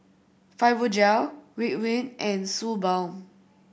Fibogel Ridwind and Suu Balm